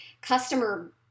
customer